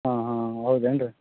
ಹಾಂ ಹಾಂ ಹಾಂ ಹೌದೇನ್ರೀ